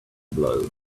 blow